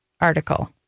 article